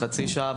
או חצי שעה,